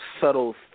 subtle